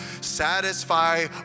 satisfy